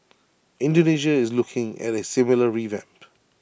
Indonesia is looking at A similar revamp